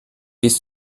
bis